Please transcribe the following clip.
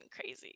crazy